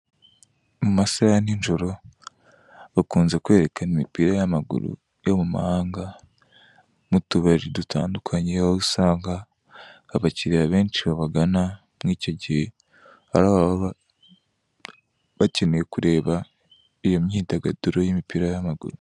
Mu masaha ya ninjoro bakunze kwerekana imipira y'amaguru to mu mahanga mu tubari dutandukanye, aho usanga abakiriya benshi babagana muri icyo gihe, ari ababa bakeneye kureba iyo myidagaduro y'imipira y'amaguru.